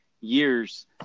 years